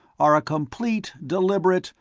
are a complete, deliberate,